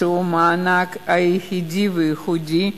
שזה המענק היחידי והייחודי,